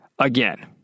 Again